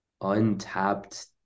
untapped –